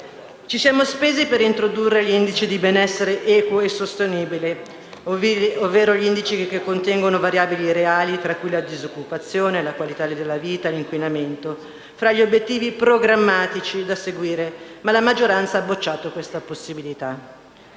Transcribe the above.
Ci siamo spesi per far introdurre gli indici di benessere equo e sostenibile, ovvero indici che contengono variabili reali tra cui la disoccupazione, la qualità della vita, l'inquinamento, fra gli obiettivi programmatici da perseguire, ma la maggioranza ha bocciato questa possibilità.